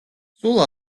სულ